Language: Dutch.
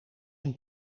een